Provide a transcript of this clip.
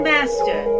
Master